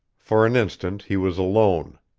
for an instant, he was alone.